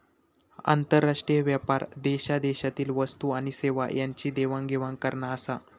आंतरराष्ट्रीय व्यापार देशादेशातील वस्तू आणि सेवा यांची देवाण घेवाण करना आसा